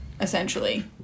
essentially